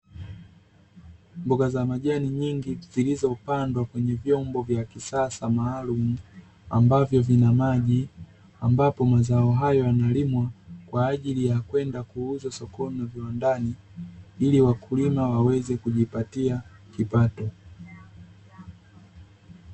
Mboga za majani nyingi zilizopandwa kwenye vyombo vya kisasa maalumu ambavyo vina maji, ambapo mazao hayo yanalimwa kwa ajili ya kwenda kuuzwa sokoni na viwandani ili wakulima waweze kujipatia kipato.